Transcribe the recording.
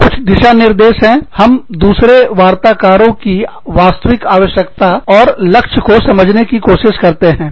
कुछ दिशा निर्देश हैं हम दूसरे वार्ताकारों की वास्तविक आवश्यकता और लक्ष्य को समझने की कोशिश करते हैं